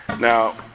Now